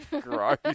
gross